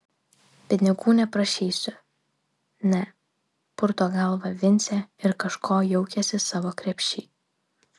pinigų neprašysiu ne purto galvą vincė ir kažko jaukiasi savo krepšy